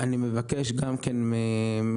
אני מבקש מהיושב-ראש,